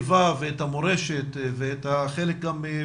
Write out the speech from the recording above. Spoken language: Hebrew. וכמובן ההצעה שלך להכניס את הכתיבה ואת המורשת ואת חלק מפרקי